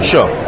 Sure